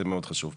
זה מאוד חשוב פה.